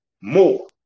more